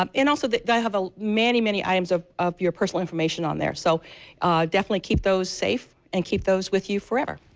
um and also i have a many, many items of of your personal information on there. so definitely keep those safe and keep those with you forever.